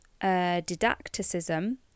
didacticism